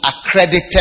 accredited